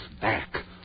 back